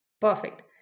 Perfect